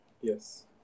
Yes